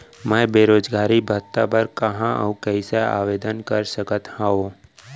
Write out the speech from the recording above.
मैं बेरोजगारी भत्ता बर कहाँ अऊ कइसे आवेदन कर सकत हओं?